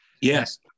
Yes